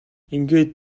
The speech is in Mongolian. ингээд